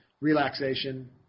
relaxation